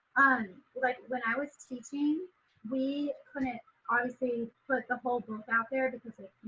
like when i was teaching we couldn't obviously put the whole book out there because